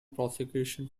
prosecution